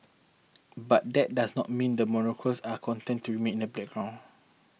but that does not mean the monarchs are content to remain in the background